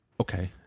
okay